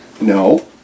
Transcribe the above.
No